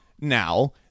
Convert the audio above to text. now